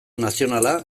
nazionala